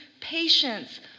patience